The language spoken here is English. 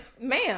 Ma'am